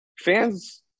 fans